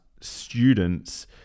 students